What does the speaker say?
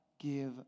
give